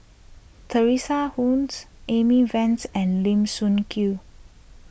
Teresa Hsu's Amy Van's and Lim Sun Gee